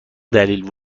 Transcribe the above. دلیل